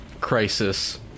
crisis